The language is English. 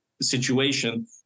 situation